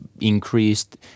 increased